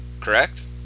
correct